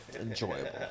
enjoyable